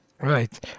Right